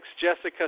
Jessica